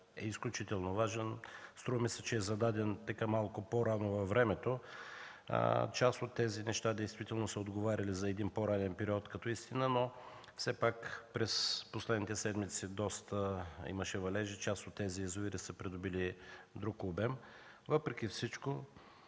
е изключително важен. Струва ми се, че е зададен малко по-рано във времето. Част от тези неща действително са отговаряли за един по-ранен период като истина, но все пак през последните седмици имаше доста валежи и част от тези язовири са придобили друг обем. Въпреки всичко